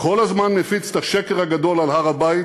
כל הזמן מפיץ את השקר הגדול על הר-הבית,